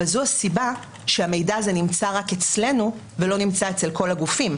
אבל זו הסיבה שהמידע הזה נמצא רק אצלנו ולא נמצא אצל כל הגופים,